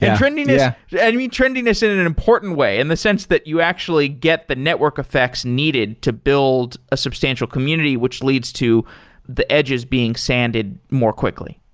trendiness yeah and mean, trendiness in an an important way in the sense that you actually get the network effects needed to build a substantial community, which leads to the edges being sanded more quickly.